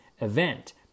event